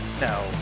No